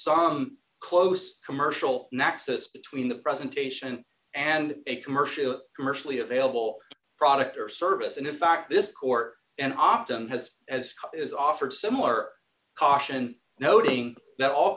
some close commercial nexus between the presentation and a commercial commercially available product or service and in fact this court and often has as is offered similar caution noting that all